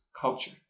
culture